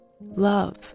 Love